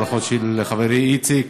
לברכות של חברי איציק.